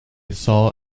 saw